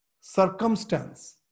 circumstance